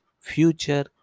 future